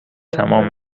تمام